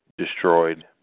destroyed